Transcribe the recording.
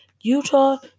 Utah